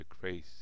grace